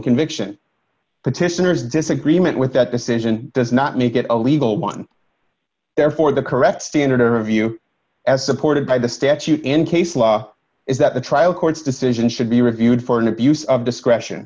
conviction petitioners disagreement with that decision does not make it a legal one therefore the correct standard or view as supported by the statute in case law is that the trial court's decision should be reviewed for an abuse of discretion